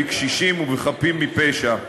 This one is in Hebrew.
בקשישים ובחפים מפשע.